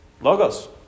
Logos